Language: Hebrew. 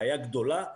בעיה גדולה,